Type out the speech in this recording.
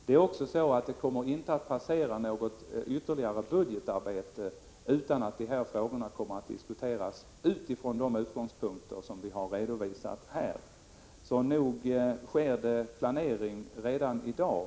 Det kommer inte heller att passera något ytterligare budgetarbete utan att frågorna diskuteras från de utgångspunkter som vi här har redovisat. Det bedrivs alltså — Prot. 1985/86:144 planering redan i dag.